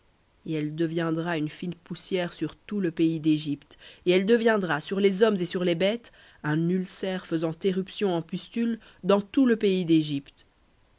et elle deviendra une fine poussière sur tout le pays d'égypte et elle deviendra sur les hommes et sur les bêtes un ulcère faisant éruption en pustules dans tout le pays d'égypte